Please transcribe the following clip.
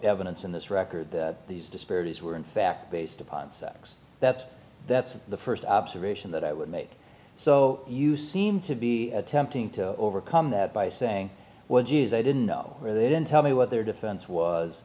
evidence in this record that these disparities were in fact based upon sex that's that's the first observation that i would make so you seem to be attempting to overcome that by saying well geez i didn't know or they didn't tell me what their defense was